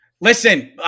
Listen